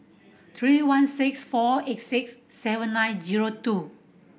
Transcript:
three one six four eight six seven nine zero two